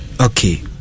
okay